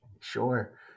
Sure